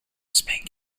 spank